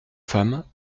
femmes